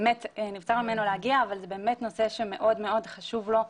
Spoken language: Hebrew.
נבצר ממנו להגיע אבל זה באמת נושא שמאוד מאוד חשוב לו,